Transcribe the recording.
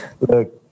Look